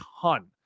ton